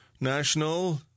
national